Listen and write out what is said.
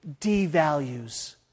devalues